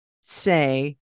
say